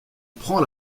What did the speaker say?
prend